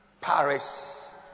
Paris